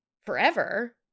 forever